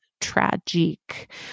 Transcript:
tragic